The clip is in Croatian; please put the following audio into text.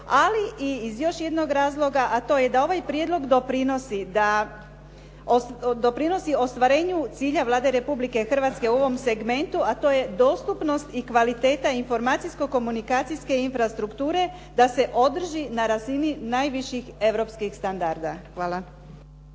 ali i iz još jednog razloga, a to je da ovaj prijedlog doprinosi ostvarenju cilja Vlade Republike Hrvatske u ovom segmentu, a to je dostupnost i kvaliteta informacijsko komunikacijske infrastrukture da se održi na razini najviših europskih standarda. Hvala.